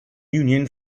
union